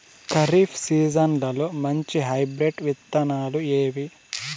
ఖరీఫ్ సీజన్లలో మంచి హైబ్రిడ్ విత్తనాలు ఏవి